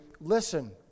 listen